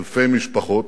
אלפי משפחות,